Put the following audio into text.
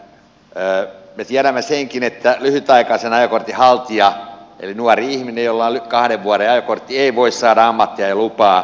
me tiedämme senkin että lyhytaikaisen ajokortin haltija eli nuori ihminen jolla on kahden vuoden ajokortti ei voi saada ammattiajolupaa